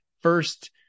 first